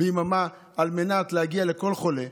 על מנת להגיע לכל חולה,